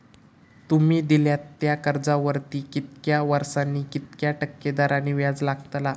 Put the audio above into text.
तुमि दिल्यात त्या कर्जावरती कितक्या वर्सानी कितक्या टक्के दराने व्याज लागतला?